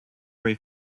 ray